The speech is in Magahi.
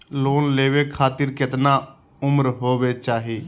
लोन लेवे खातिर केतना उम्र होवे चाही?